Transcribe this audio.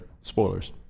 Spoilers